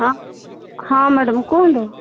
ହଁ ହଁ ମ୍ୟାଡ଼ାମ୍ କୁହନ୍ତୁ